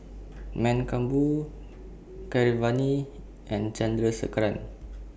Mankombu Keeravani and Chandrasekaran